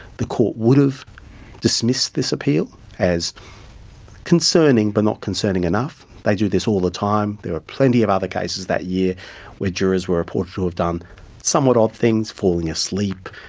the court would have dismissed this appeal as concerning but not concerning enough. they do this all the time. there are plenty of other cases that year where jurors were reported to have done somewhat odd things falling asleep,